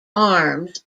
arms